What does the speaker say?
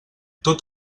tot